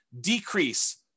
decrease